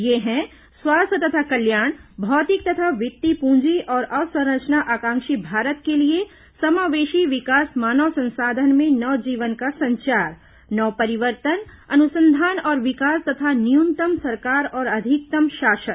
ये हैं स्वास्थ्य तथा कल्याण भौतिक तथा वित्तीय प्रंजी और अवसंरचना आकांक्षी भारत के लिए समावेशी विकास मानव संसाधन में नवजीवन का संचार नव परिवर्तन अनुसंधान और विकास तथा न्यूनतम सरकार और अधिकतम शासन